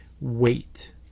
wait